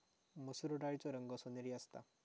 मसुर डाळीचो रंग सोनेरी असता